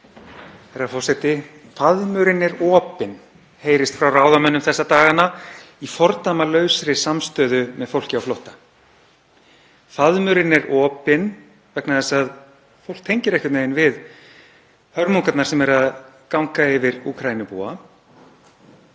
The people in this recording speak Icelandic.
Herra forseti. Faðmurinn er opinn, heyrist frá ráðamönnum þessa dagana í fordæmalausri samstöðu með fólki á flótta. Faðmurinn er opinn vegna þess að fólk tengir einhvern veginn við hörmungarnar sem eru að ganga yfir Úkraínubúa.